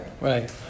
Right